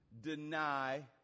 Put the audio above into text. deny